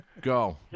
Go